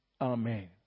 Amen